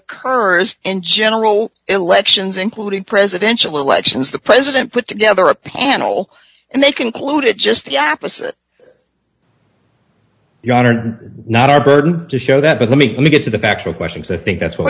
occurs in general elections including presidential elections the president put together a panel and they concluded just the opposite your honor not our burden to show that but let me let me get to the factual question so i think that's what